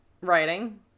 writing